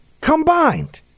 combined